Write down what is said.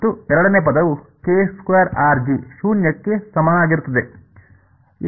ಹೌದು ಮತ್ತು ಎರಡನೇ ಪದವು ಶೂನ್ಯಕ್ಕೆ ಸಮನಾಗಿರುತ್ತದೆ